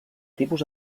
tipus